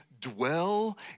dwell